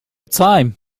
time